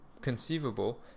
conceivable